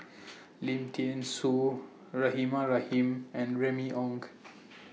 Lim Thean Soo Rahimah Rahim and Remy Ong